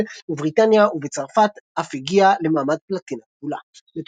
ברזיל ובריטניה ובצרפת אף הגיע למעמד פלטינה כפולה.